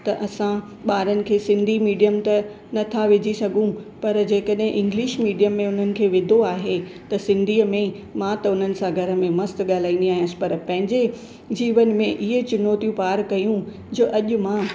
त असां ॿारनि खे सिंधी मिडियम त नथा विझी सघूं पर जेकॾहिं इंग्लिश मिडियम में उन्हनि खे विधो आहे त सिंधी में मां त हुननि सां घर में मस्तु ॻाल्हाईंदी आहियां ऐस पर पंहिंजे जीवन में इहे चुनौतियूं पार कयूं जो अॼु मां